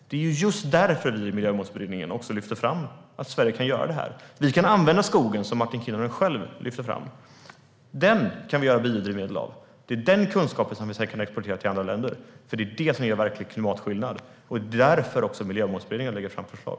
Det är ju just därför vi i Miljömålsberedningen lyfter fram att Sverige kan göra det här. Vi kan använda skogen, som Martin Kinnunen själv lyfte fram. Den kan vi göra biodrivmedel av. Det är den kunskapen som vi sedan kan exportera till andra länder, för det är det som gör verklig klimatskillnad. Det är också därför Miljömålsberedningen lägger fram förslag.